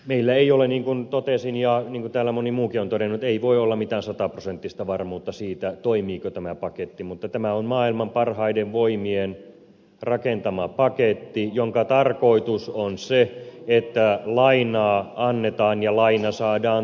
meillä ei ole eikä voi olla niin kuin totesin ja niin kuin täällä moni muukin on todennut mitään sataprosenttista varmuutta siitä toimiiko tämä paketti mutta tämä on maailman parhaiden voimien rakentama paketti jonka tarkoitus on se että lainaa annetaan ja laina saadaan takaisin